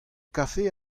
kafe